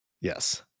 Yes